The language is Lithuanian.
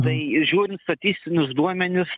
tai žiūrint statistinius duomenis